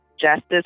Justice